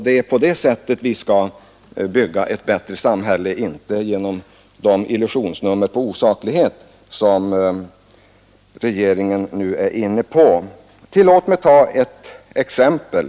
Det är på det sättet vi skall bygga ett bättre samhälle och inte genom de illusionsnummer av osaklighet, som regeringen nu är inne på. Tillåt mig ta ett exempel.